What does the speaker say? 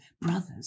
brothers